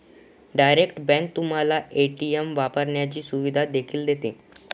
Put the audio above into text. direct bank तुम्हाला ATM वापरण्याची सुविधा देखील देते